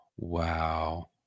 Wow